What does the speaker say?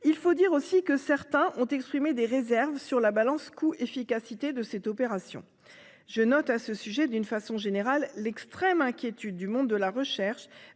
il faut dire que certains ont également exprimé des réserves sur la balance coût-efficacité de l'opération. Je note à ce sujet, d'une façon générale, l'extrême inquiétude du monde de la recherche,